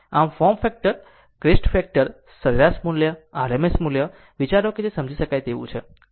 આમ form factor crest factor સરેરાશ મુલ્ય RMS મૂલ્ય વિચારો કે તે સમજી શકાય તેવું છે